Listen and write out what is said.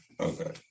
Okay